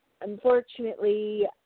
unfortunately